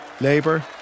Labour